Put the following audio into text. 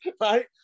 Right